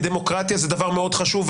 בדמוקרטיה זה דבר חשוב מאוד,